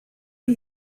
who